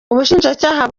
ubushinjacyaha